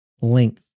length